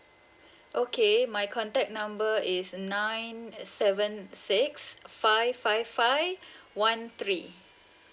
okay my contact number is nine seven six five five five one three